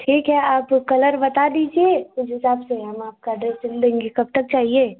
ठीक है आप कलर बता दीजिए उस हिसाब से हम आपका ड्रेस सिल देंगे कब तक चाहिए